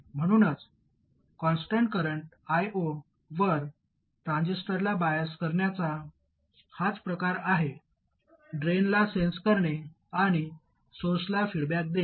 म्हणूनच constant current I0 वर ट्रान्झिस्टरला बाईस करण्याचा हाच प्रकार आहे ड्रेनला सेन्स करणे आणि सोर्सला फीडबॅक देणे